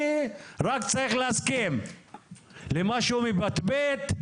אני רק צריך להסכים למה שהוא מפטפט,